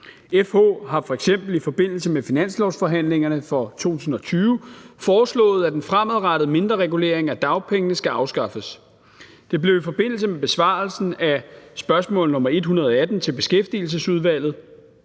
FH har f.eks. i forbindelse med finanslovsforhandlingerne for 2020 foreslået, at den fremadrettede mindreregulering af dagpengene skal afskaffes. Det blev i forbindelse med besvarelsen af spørgsmål nr. 118 til Beskæftigelsesudvalget